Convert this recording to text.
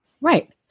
Right